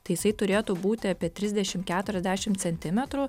tai jisai turėtų būti apie trisdešim keturiasdešim centimetrų